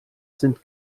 sind